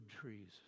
trees